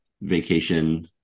vacation